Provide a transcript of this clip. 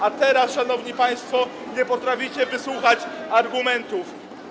A teraz, szanowni państwo, nie potraficie wysłuchać argumentów.